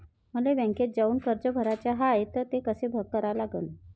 मले बँकेत जाऊन कर्ज भराच हाय त ते कस करा लागन?